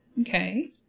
Okay